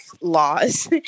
laws